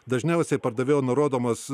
dažniausiai pardavėjo nurodomos